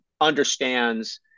understands